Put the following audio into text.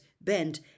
bent